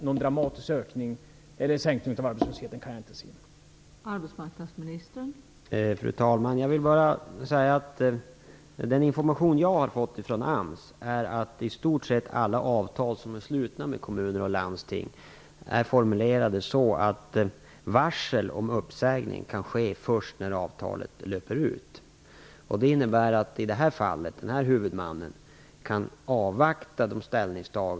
Någon dramatisk sänkning av arbetslösheten kan jag tyvärr inte se.